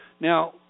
now